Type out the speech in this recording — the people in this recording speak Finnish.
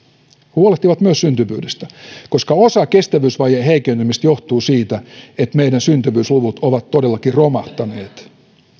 huolehtivat myös syntyvyydestä koska osa kestävyysvajeen heikkenemisestä johtuu siitä että meidän syntyvyysluvut ovat todellakin romahtaneet